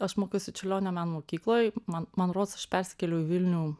aš mokiausi čiurlionio meno mokykloj man man rods aš persikėliau į vilnių